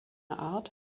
art